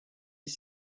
dix